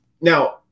Now